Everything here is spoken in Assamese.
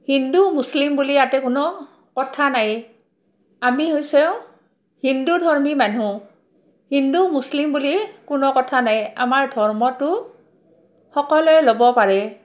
হিন্দু মুছলিম বুলি ইয়াতে কোনো কথা নাই আমি হৈছেও হিন্দু ধৰ্মী মানুহ হিন্দু মুছলিম বুলি কোনো কথা নাই আমাৰ ধৰ্মটো সকলোৱে ল'ব পাৰে